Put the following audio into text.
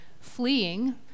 fleeing